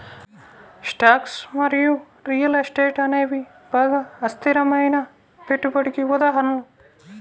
stocks మరియు real estate అనేవి బాగా అస్థిరమైన పెట్టుబడికి ఉదాహరణలు